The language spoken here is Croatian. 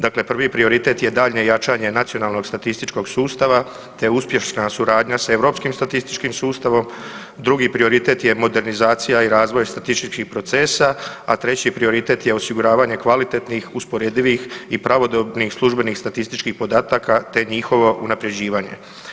Dakle, prvi prioritet je daljnje jačanje nacionalnog statističkog sustava te uspješna suradnja s Europskim statističkim sustavom, drugi prioritet je modernizacija i razvoj statističkih procesa, a treći prioritet je osiguravanje kvalitetnih, usporedivih i pravodobnih službenih statističkih podataka te njihovo unaprjeđivanje.